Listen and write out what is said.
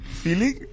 feeling